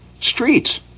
Streets